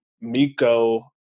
Miko